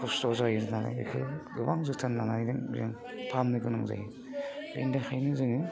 खस्थ' जायो होननानैबो गोबां जोथोन नांहैगोन जों फाहामनो गोनां जायो बेनिखायनो जोङो